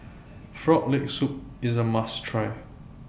Frog Leg Soup IS A must Try